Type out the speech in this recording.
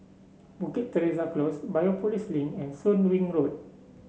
Bukit Teresa Close Biopolis Link and Soon Wing Road